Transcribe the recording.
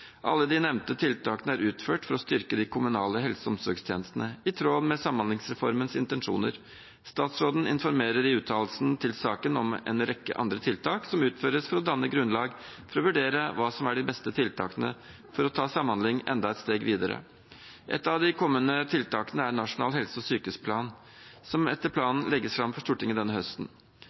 Alle de nevnte tiltakene er utført for å styrke de kommunale helse- og omsorgstjenestene, i tråd med samhandlingsreformens intensjoner. Statsråden informerer i uttalelsen til saken om en rekke andre tiltak som utføres for å danne grunnlag for å vurdere hva som er de beste tiltakene for å ta samhandling enda et steg videre. Et av de kommende tiltakene er Nasjonal helse- og sykehusplan, som etter planen legges fram for Stortinget denne høsten.